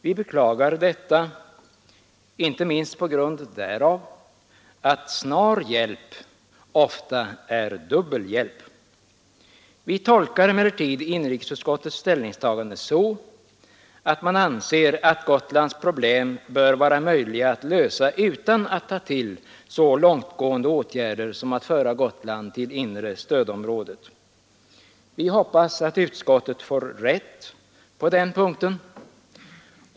Vi beklagar detta — inte minst på grund av att snar hjälp ofta är dubbel hjälp. Vi tolkar emellertid inrikesutskottets ställningstagande så att man anser att Gotlands problem bör vara möjliga att lösa utan att ta till så långtgående åtgärder som att föra Gotland till inre stödområdet. Vi hoppas att utskottet får rätt på den punkten.